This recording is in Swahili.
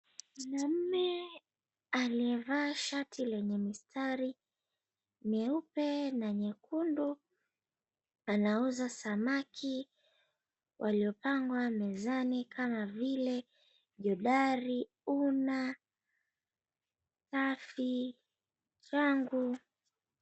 Mwanaume aliyevaa shati lenye mistari mieupe na miekundu anauza samaki waliopangwa mezani kama vile jodari una, tafi, changu.